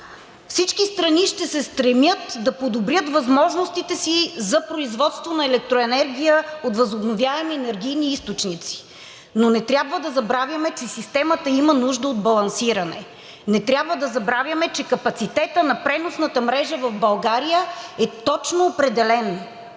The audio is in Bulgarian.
всички страни ще се стремят да подобрят възможностите си за производство на електроенергия от възобновяеми енергийни източници. Не трябва да забравяме, че системата има нужда от балансиране. Не трябва да забравяме, че капацитетът на преносната мрежа в България е точно определен.